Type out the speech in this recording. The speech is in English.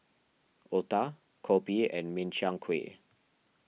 Otah Kopi and Min Chiang Kueh